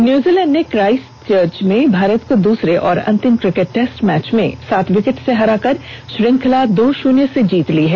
New Zealand ने Christchurch में भारत को दूसरे और अंतिम क्रिकेट टैस्ट मैच में सात विकेट से हराकर श्रृंखला दो शून्य से जीत ली है